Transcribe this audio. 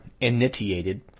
initiated